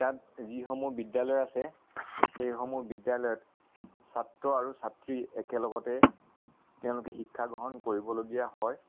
তাত যিসমূহ বিদ্যালয় আছে সেইসমূহ বিদ্যালয়ত ছাত্ৰ আৰু ছাত্ৰী একেলগতে তেওঁলোকে শিক্ষা গ্ৰহণ কৰিবলগীয়া হয়